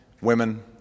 women